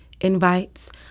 invites